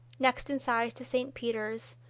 next in size to st. peter's,